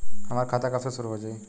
हमार खाता कब से शूरू हो जाई?